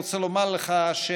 אני רוצה לומר לך שאכן,